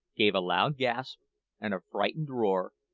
gave a loud gasp and a frightful roar,